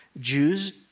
Jews